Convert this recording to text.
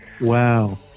Wow